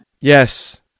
Yes